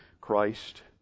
Christ